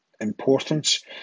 importance